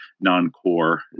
non-core